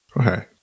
Okay